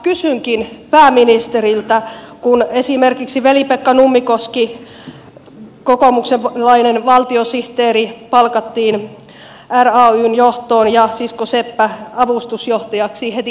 kysynkin pääministeriltä kun esimerkiksi velipekka nummikoski kokoomuslainen valtiosihteeri palkattiin rayn johtoon ja sisko seppä avustusjohtajaksi heti ensimmäisinä päätöksinä